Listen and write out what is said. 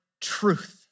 truth